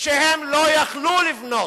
שהם לא יכלו לבנות.